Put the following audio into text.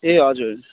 ए हजुर